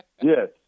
Yes